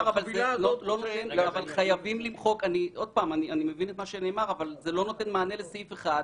אני מבין את מה שנאמר אבל זה לא נותן מענה לסעיף 1,